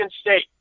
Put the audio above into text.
State